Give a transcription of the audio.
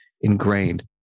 ingrained